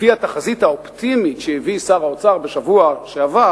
רבותי חברי הכנסת,